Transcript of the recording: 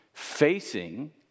Facing